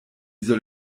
soll